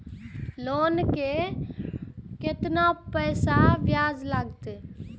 Loan के केतना पैसा ब्याज लागते?